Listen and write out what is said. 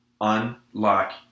unlock